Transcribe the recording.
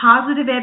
positive